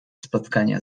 spotkania